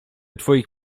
twoich